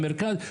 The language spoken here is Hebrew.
המרכז,